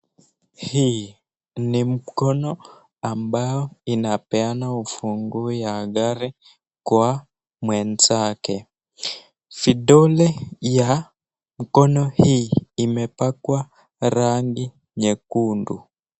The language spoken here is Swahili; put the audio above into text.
Hii ni mkono ambao inapeana ufunguo ya gari kwa mwenzake, vidole ya mkono hii imepakwa rangi nyekundu.